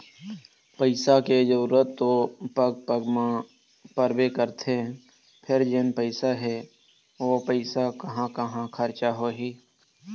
पइसा के जरूरत तो पग पग म परबे करथे फेर जेन पइसा हे ओ पइसा कहाँ कहाँ खरचा होही